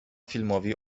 filmowi